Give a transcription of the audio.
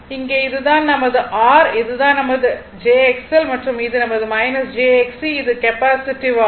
இங்கே இது தான் நமது R இதுதான் நமது jXL மற்றும் இது நமது jXC இது கெபாசிட்டிவ் ஆகும்